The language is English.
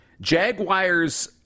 Jaguars